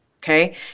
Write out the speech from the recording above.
Okay